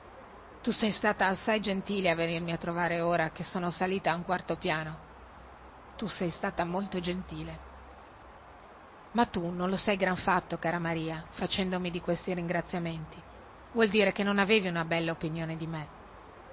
tu sei stata assai gentile a venirmi a trovare ora che sono salita a un quarto piano tu sei stata molto gentile ma tu non lo sei gran fatto cara maria facendomi di questi ringraziamenti vuol dire che non avevi una bella opinione di me